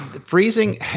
freezing